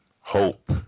hope